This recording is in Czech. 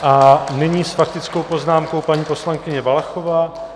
A nyní s faktickou poznámkou paní poslankyně Valachová.